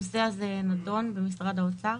הנושא הזה נדון במשרד האוצר.